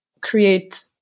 create